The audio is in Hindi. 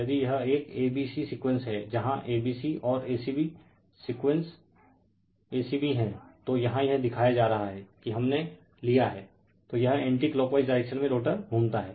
यदि यह एक a b c सीक्वेंस हैं जहाँ a b c और a c b sequence a c b हैं तो यहाँ यह दिखाया जा रहा हैं की हमनेरिफर टाइम 1444 लिया हैं तो यह एंटी क्लॉकवाइज़ डायरेक्शन में रोटर घूमता हैं